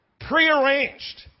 prearranged